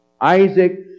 Isaac